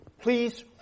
please